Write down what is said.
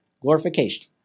glorification